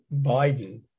Biden